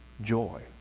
joy